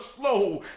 slow